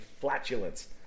flatulence